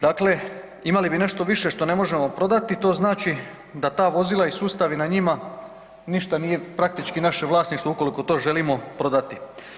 Dakle, imali bi nešto više što ne možemo prodati, to znači da ta vozila i sustavi na njima ništa nije praktički naše vlasništvo ukoliko to želimo prodati.